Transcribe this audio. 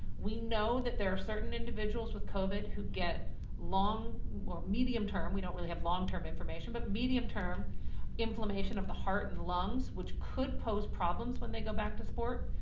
we know that there are certain individuals with covid who get long or medium term. we don't really have long term inflammation but medium term inflammation of the heart and lungs, which could pose problems when they go back to sport.